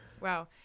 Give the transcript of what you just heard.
Wow